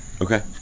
okay